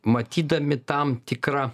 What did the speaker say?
matydami tam tikrą